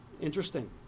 interesting